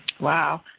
Wow